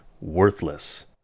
worthless